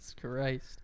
Christ